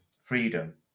freedom